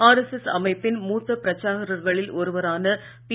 RSS அமைப்பின் மூத்த பிரச்சாரகர்களில் ஒருவரான பி